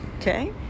okay